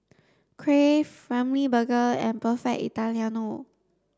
Crave Ramly Burger and Perfect Italiano